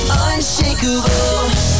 unshakable